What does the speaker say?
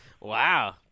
Wow